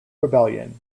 rebellion